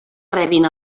rebin